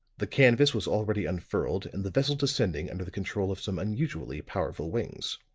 the canvas was already unfurled and the vessel descending under the control of some unusually powerful wings.